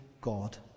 God